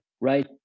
right